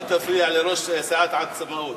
אל תפריע לראש סיעת העצמאות.